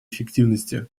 эффективности